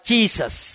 Jesus